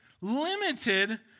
limited